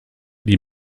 die